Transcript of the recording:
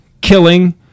killing